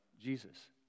Jesus